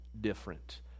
different